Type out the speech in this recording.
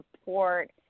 support